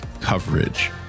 coverage